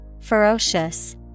Ferocious